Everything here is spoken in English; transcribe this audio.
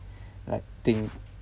like think